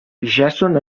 jàson